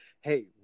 Hey